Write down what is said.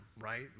right